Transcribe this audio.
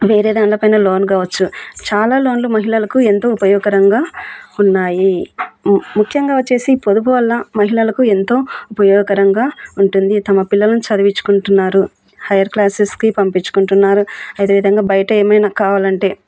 వేరే దానిపైన లోన్ కావచ్చు చాలా లోన్లు మహిళలకు ఎంతో ఉపయోగకరంగా ఉన్నాయి ముఖ్యంగా వచ్చేసి పొదుపు వల్ల మహిళలకు ఎంతో ఉపయోగకరంగా ఉంటుంది తమ పిల్లలను చదివించుకుంటున్నారు హైయర్ క్లాసెస్కి పంపించుకుంటున్నారు అదేవిధంగా బయట ఏమైనా కావాలంటే